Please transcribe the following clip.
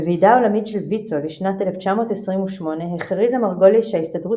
בוועידה עולמית של ויצו לשנת 1928 הכריזה מרגוליס שההסתדרות